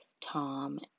Tom